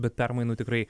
bet permainų tikrai